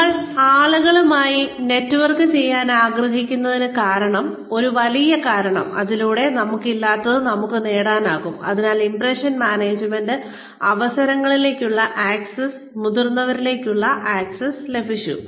നമ്മൾ ആളുകളുമായി നെറ്റ്വർക്ക് ചെയ്യാൻ ആഗ്രഹിക്കുന്നതിന് കാരണം ഒരു വലിയ കാരണം അതിലൂടെ നമുക്കില്ലാത്തത് നമുക്ക് നേടാനാകും അതിനാൽ ഇംപ്രഷൻ മാനേജ്മെന്റ് അവസരങ്ങളിലേക്കുള്ള ആക്സസ് മുതിർന്നവരിലേക്കുള്ള ആക്സസ് ലഭിച്ചു